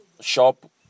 shop